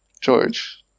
George